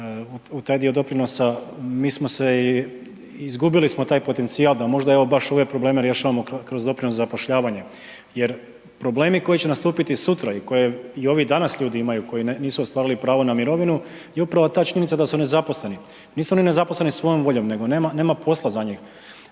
u taj dio doprinosa, mi smo se i, izgubili smo taj potencijal da možda evo baš ove probleme rješavamo kroz doprinos za zapošljavanje. Jer problemi koji će nastupiti sutra i koje i ovi danas ljudi imaju koji nisu ostvarili pravo na mirovinu je upravo ta činjenica da su nezaposleni. Nisu oni nezaposleni svojom voljom nego nema, nema posla za njih.